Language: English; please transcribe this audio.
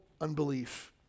unbelief